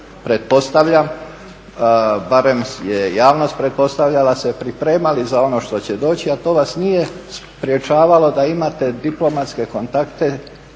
pretpostavljam, barem je javnost pretpostavljala se pripremali za ono što će doći, a to vas nije sprječavalo da imate diplomatske kontakte